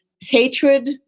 hatred